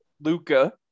luca